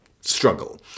struggle